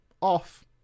off